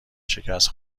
شکست